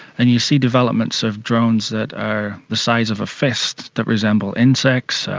and you see developments of drones that are the size of a fist, that resemble insects,